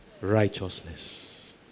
righteousness